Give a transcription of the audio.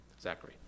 Zachary